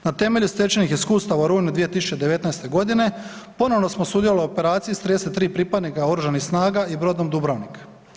Na temelju stečenih iskustava u rujnu 2019. g., ponovno smo sudjelovali u operaciji s 33 pripadnika Oružanih snaga i brodom Dubrovnik.